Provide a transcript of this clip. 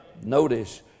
Notice